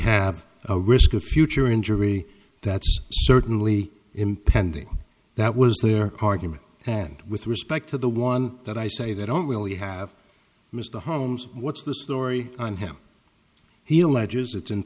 have a risk of future injury that's certainly impending that was their argument and with respect to the one that i say they don't really have missed the holmes what's the story on him he alleges